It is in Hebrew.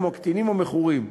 כמו קטינים ומכורים.